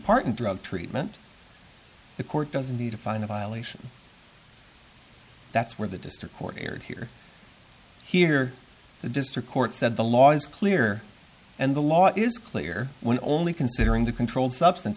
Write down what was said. part in drug treatment the court doesn't need to find a violation that's where the district court erred here here the district court said the law is clear and the law is clear when only considering the controlled substance